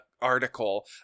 article